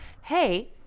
Hey